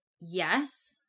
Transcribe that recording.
yes